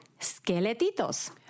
Skeletitos